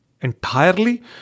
entirely